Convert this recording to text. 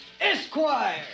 Esquire